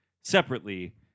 separately